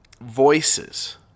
voices